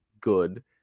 good